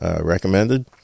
recommended